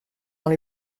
dans